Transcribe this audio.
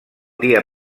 dia